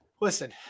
Listen